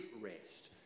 rest